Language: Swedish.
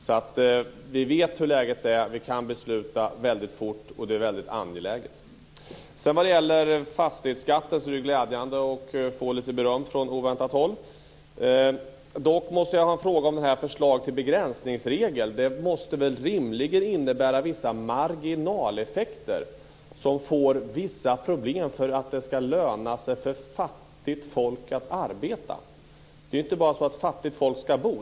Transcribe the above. Vi vet alltså hur läget är, vi kan besluta väldigt fort och det är väldigt angeläget. Vad det sedan gäller fastighetsskatten är det glädjande att få lite beröm från oväntat håll. Dock måste jag ställa en fråga om förslaget till begränsningsregel. Det måste väl rimligen innebära vissa marginaleffekter som får vissa problem när det gäller att det ska löna sig för fattigt folk att arbeta. Det är ju inte bara så att fattigt folk ska bo.